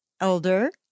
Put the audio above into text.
Elder